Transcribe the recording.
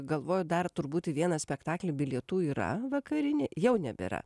galvoju dar turbūt į vieną spektaklį bilietų yra vakarinį jau nebėra